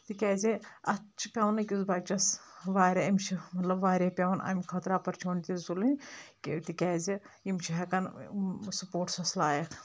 تِکیازِ اتھ چھِ پٮ۪ون أکِس بچس واریاہ امِس چھِ مطلب واریاہ پٮ۪وان امہِ خٲطرٕ اپرچونٹیز تُلٕنۍ کہ تِکایزِ یِم چھِ ہیٚکان سُپورٹسس لایق